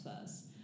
first